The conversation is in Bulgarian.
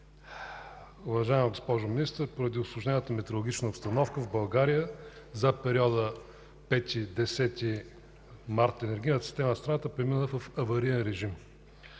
Уважаема госпожо Министър, поради усложнената метеорологична обстановка в България за периода 5 – 10 март 2015 г. енергийната система на страната премина в авариен режим.